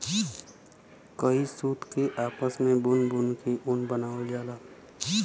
कई सूत के आपस मे बुन बुन के ऊन बनावल जाला